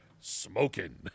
Smoking